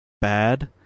bad